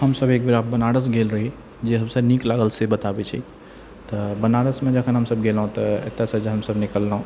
हमसब एकबेर बनारस गेल रही जे हमसब नीक लागल से बताबै छी तऽ बनारसमे जखन हमसब गेलहुँ तऽ एतऽसँ जे हमसब निकललहुँ